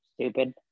Stupid